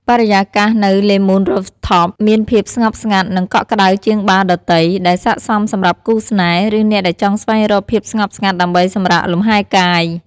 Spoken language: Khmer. បរិយាកាសនៅ លេ មូន រូហ្វថប (Le Moon Rooftop) មានភាពស្ងប់ស្ងាត់ និងកក់ក្ដៅជាងបារដទៃ ដែលស័ក្តិសមសម្រាប់គូស្នេហ៍ ឬអ្នកដែលចង់ស្វែងរកភាពស្ងប់ស្ងាត់ដើម្បីសម្រាកលំហែកាយ។